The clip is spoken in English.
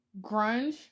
grunge